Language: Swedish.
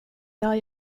jag